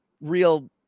real